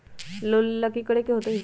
Loan लेवेला की करेके होतई?